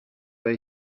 vas